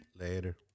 Later